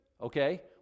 okay